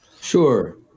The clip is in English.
Sure